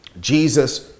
Jesus